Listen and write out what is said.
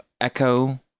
echo